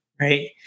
right